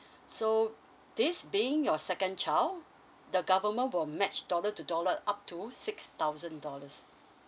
so this being your second child the government will match dollar to dollar up to six thousand dollars